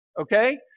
Okay